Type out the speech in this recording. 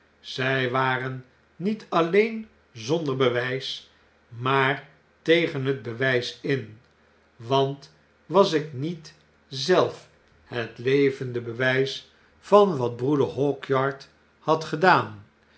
zy waren niet alleen zonder bewys maar tegen het bewys in want was ik niet zelf het levende bewys van wat wbmmmsmm de verklaring van george silverman broeder hawkyard had gedaan